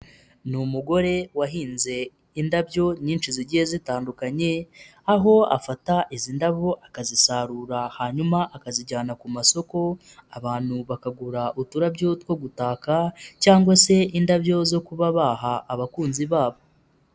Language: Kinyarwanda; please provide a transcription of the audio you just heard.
Ni umugore wahinze indabyo nyinshi zigiye zitandukanye, aho afata izi ndabo akazisarura hanyuma akazijyana ku masoko, abantu bakagura uturabyo two gutaka cyangwa se indabyo zo kuba baha abakunzi babo.